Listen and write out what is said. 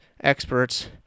experts